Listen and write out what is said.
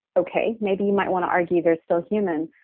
okay maybe you might want to argue they're still human,